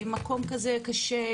מקום כזה קשה,